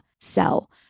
sell